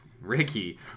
Ricky